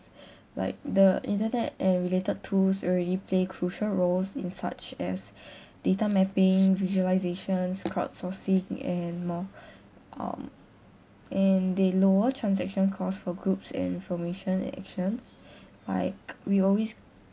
like the internet and related tools already play crucial roles in such as data mapping visualizations crowd sourcing and more um and they lower transaction costs for groups information and actions like we always